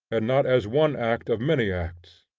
and not as one act of many acts,